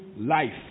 life